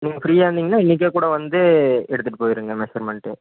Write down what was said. நீங்கள் ஃப்ரீயாக இருந்தீங்கன்னா இன்றைக்கே கூட வந்து எடுத்துகிட்டு போயிருங்க மெஷர்மெண்ட்டு